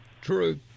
True